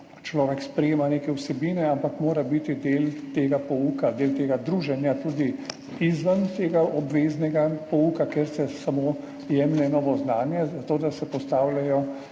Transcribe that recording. človek sprejema neke vsebine, ampak mora biti del tega pouka, del tega druženja tudi izven obveznega pouka, kjer se samo jemlje novo znanje, zato da se postavljajo